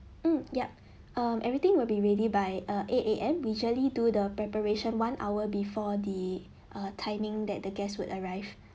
mm yup um everything will be ready by err eight A_M we usually do the preparation one hour before the err timing that the guests would arrive